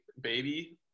baby